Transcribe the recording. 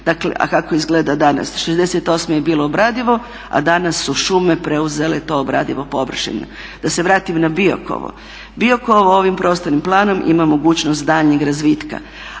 '68. a kako izgleda danas. '68. je bilo obradivo, a danas su šume preuzele tu obradivu površinu. Da se vratim na Biokovo. Biokovo ovim prostornim planom ima mogućnost daljnjeg razvitka,